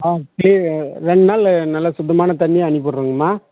ஆ clean ரெண்டு நாளில் நல்ல சுத்தமான தண்ணியாக அனுப்புட்டுடுறங்கம்மா